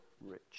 rich